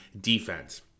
defense